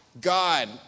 God